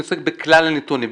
אני עוסק בכלל הנתונים.